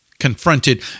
Confronted